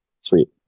Sweet